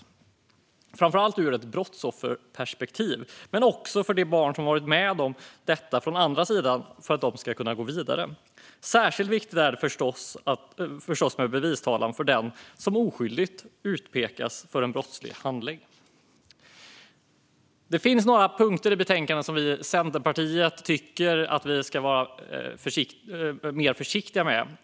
Det gäller framför allt ur ett brottsofferperspektiv men också för att de barn som har varit med om detta från den andra sidan ska kunna gå vidare. Särskilt viktigt är det förstås med bevistalan för den som oskyldigt utpekats för att ha utfört en brottslig handling. Det finns några punkter i betänkandet som Centerpartiet tycker att vi ska vara mer försiktiga med.